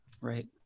right